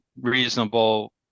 reasonable